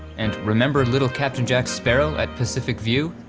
and remember little captain jack sparrow at pacific view,